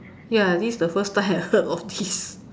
ya this is the first time I heard of this